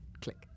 click